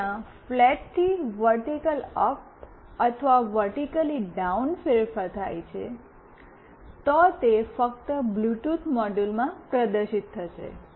જો ત્યાં ફ્લેટથી વર્ટિક્લી અપ અથવા વર્ટિક્લી ડાઉન ફેરફાર થાય છે તો તે ફક્ત બ્લૂટૂથ મોડ્યુલમાં પ્રદર્શિત થશે